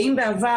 אם מעבר